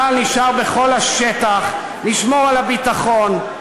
צה"ל נשאר בכל השטח לשמור על הביטחון,